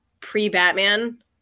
pre-Batman